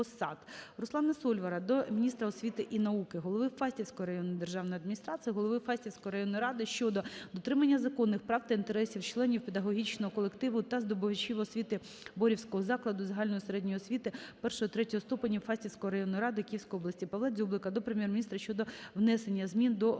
Руслана Сольвара до міністра освіти і науки, голови Фастівської районної державної адміністрації, голови Фастівської районної ради щодо дотримання законних прав та інтересів членів педагогічного колективу та здобувачів освіти Борівського закладу загальної середньої освіти І-ІІІ ступенів Фастівської районної ради Київської області. Павла Дзюблика до Прем'єр-міністра щодо внесення змін до формули